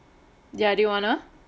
ya do you want to